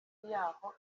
y’aho